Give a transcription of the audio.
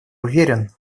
уверен